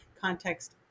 context